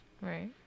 Right